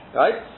right